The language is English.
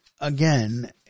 again